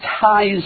ties